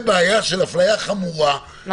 כי הוא גם מהווה אפליה חמורה עבור התושבים,